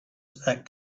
that